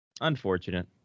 Unfortunate